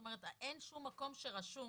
זאת אומרת, אין שום מקום שרשום